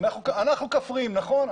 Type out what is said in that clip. אנחנו כפריים, נכון.